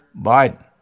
Biden